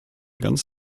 ganz